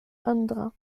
andhra